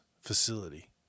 facility